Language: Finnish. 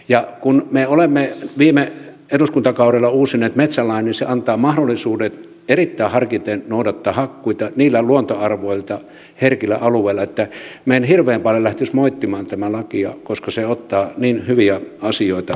ja kun me olemme viime eduskuntakaudella uusineet metsälain niin se antaa mahdollisuudet erittäin harkiten noudattaa hakkuita niillä luontoarvoiltaan herkillä alueilla että minä en hirveän paljon lähtisi moittimaan tätä lakia koska se ottaa niin hyviä asioita huomioon